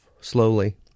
slowly